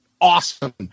Awesome